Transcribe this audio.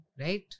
right